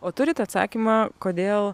o turit atsakymą kodėl